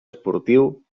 esportiu